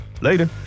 Later